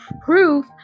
proof